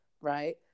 Right